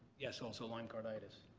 yes. also lyme carditis.